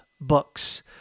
books